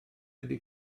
ydy